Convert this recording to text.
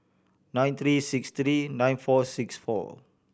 nine three six three nine four six four